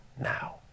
now